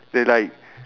they like